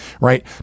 right